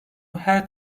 her